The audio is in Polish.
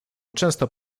często